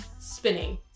spinning